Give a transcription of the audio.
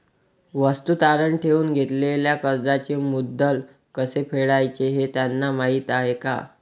वस्तू तारण ठेवून घेतलेल्या कर्जाचे मुद्दल कसे फेडायचे हे त्यांना माहीत आहे का?